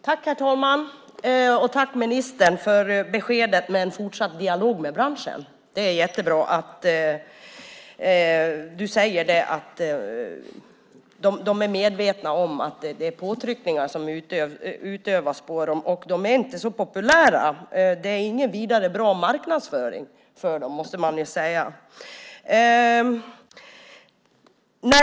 Herr talman! Tack för beskedet om en fortsatt dialog med branschen. Det är jättebra att de, som ministern säger, är medvetna om att det utövas påtryckningar på dem. De är inte så populära. Det är ingen vidare bra marknadsföring för dem.